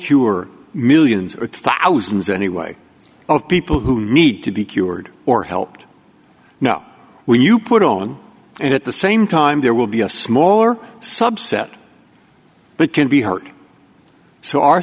cure millions or thousands anyway of people who need to be cured or helped no when you put on it at the same time there will be a smaller subset that can be hurt so our